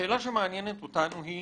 השאלה שמעניינת אותנו היא